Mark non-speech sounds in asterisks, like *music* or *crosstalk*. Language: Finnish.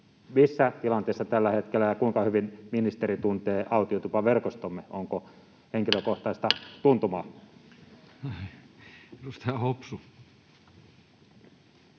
missä tilanteessa tällä hetkellä, ja kuinka hyvin ministeri tuntee autiotupaverkostomme *noise* — onko henkilökohtaista tuntumaa?